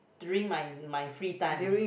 during my my free time ah